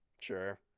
Sure